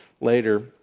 Later